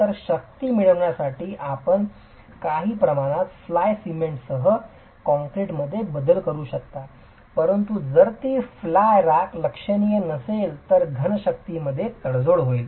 तर शक्ती मिळविण्यासाठी आपण काही प्रमाणात फ्लाय सिमेंट सह कॉंक्रिटमध्ये बदल करू शकता परंतु जर ती फ्लाय राख लक्षणीय असेल तर घन शक्ती मधे तडजोड होईल